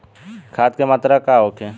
खाध के मात्रा का होखे?